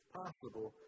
possible